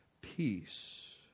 peace